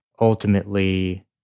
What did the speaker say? ultimately